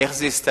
איך זה יסתיים,